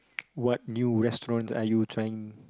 what new restaurant are you trying